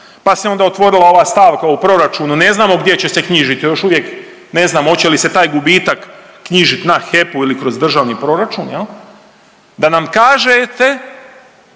pa se onda otvorila ova stavka u proračunu. Ne znamo gdje će se knjižiti, još uvijek ne znamo hoće li se taj gubitak knjižiti na HEP-u ili kroz državni proračun, da nam kažete